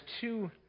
two